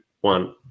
one